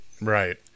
Right